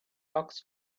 hawks